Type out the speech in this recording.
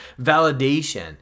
validation